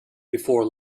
before